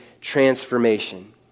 transformation